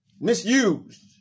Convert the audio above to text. misused